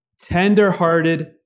tenderhearted